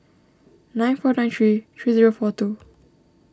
nine four nine three three zero four two